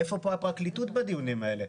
איפה פה הפרקליטות בדיונים האלה?